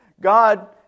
God